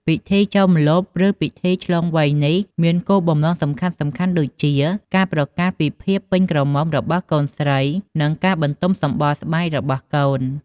ពិធីចូលម្លប់ ឬ ពិធីឆ្លងវ័យនេះ មានគោលបំណងសំខាន់ៗដូចជា ការប្រកាសពីភាពពេញក្រមុំរបស់កូនស្រី និង បន្ទំសម្បុរស្បែករបស់កូន ។